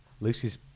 Lucy's